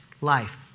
life